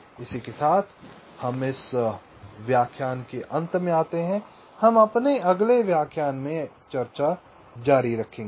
इसी के साथ हम इस व्याख्यान के अंत में आते हैं हम अगले व्याख्यान में अपनी चर्चा जारी रखेंगे